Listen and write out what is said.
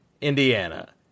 Indiana